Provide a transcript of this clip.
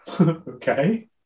Okay